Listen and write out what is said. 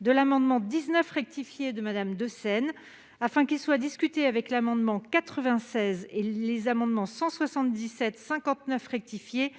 de l'amendement n° 19 rectifié de Mme Chantal Deseyne, afin qu'il soit discuté avec l'amendement n° 96, ainsi que des amendements n 177, 59 rectifié